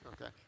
Okay